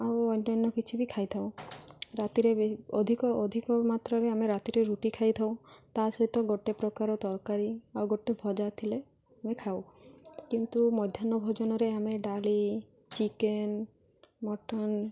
ଆଉ ଅନ୍ୟାନ୍ୟ କିଛି ବି ଖାଇ ଥାଉ ରାତିରେ ଏବେ ଅଧିକ ଅଧିକ ମାତ୍ରାରେ ଆମେ ରାତିରେ ରୁଟି ଖାଇ ଥାଉ ତା ସହିତ ଗୋଟେ ପ୍ରକାର ତରକାରୀ ଆଉ ଗୋଟେ ଭଜା ଥିଲେ ଆମେ ଖାଉ କିନ୍ତୁ ମଧ୍ୟାହ୍ନ ଭୋଜନରେ ଆମେ ଡାଲି ଚିକେନ୍ ମଟନ୍